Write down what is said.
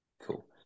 Cool